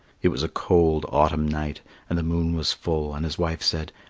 it was a cold autumn night and the moon was full, and his wife said,